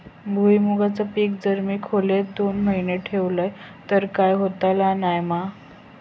भुईमूगाचा पीक जर मी खोलेत दोन महिने ठेवलंय तर काय होतला नाय ना?